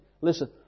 Listen